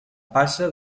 passa